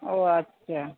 ও আচ্ছা